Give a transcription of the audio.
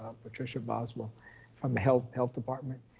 patricia boswell from the health health department.